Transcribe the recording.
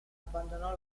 abbandonò